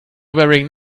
wearing